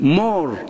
more